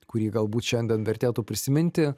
kurį galbūt šiandien vertėtų prisiminti